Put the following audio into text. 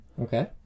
Okay